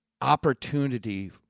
opportunity